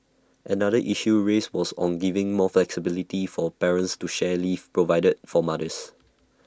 another issue raised was on giving more flexibility for parents to share leave provided for mothers